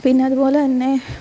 പിന്നെ അത്പോലെ തന്നെ